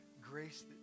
grace